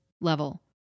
level